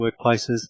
workplaces